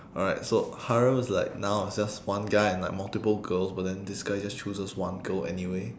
alright so harem is like now is just one guy and like multiple girls but then this guy just chooses one girl anyway